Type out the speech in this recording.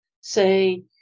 say